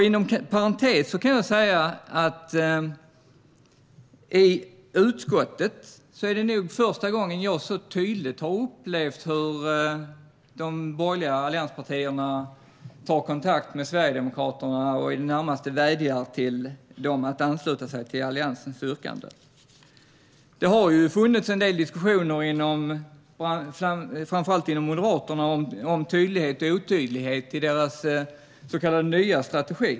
Inom parentes kan jag säga att i utskottet är det nog första gången jag så tydligt har upplevt hur de borgerliga allianspartierna tar kontakt med Sverigedemokraterna och i det närmaste vädjar till dem att ansluta sig till Alliansens yrkanden. Det har ju funnits en del diskussioner framför allt inom Moderaterna om tydlighet och otydlighet i deras så kallade nya strategi.